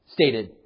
stated